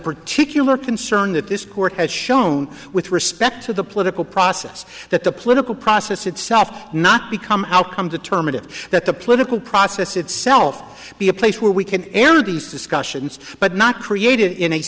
particular concern that this court has shown with respect to the political process that the political process itself not become outcome determinative that the political process itself be a place where we can enter these discussions but not created in a